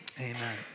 Amen